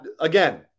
Again